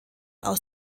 aus